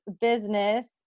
business